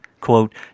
quote